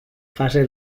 fase